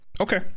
okay